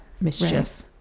mischief